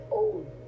old